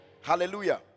Hallelujah